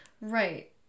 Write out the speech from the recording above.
Right